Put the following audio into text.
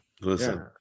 listen